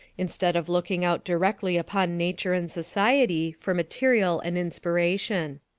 instead of looking out directly upon nature and society, for material and inspiration.